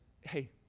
hey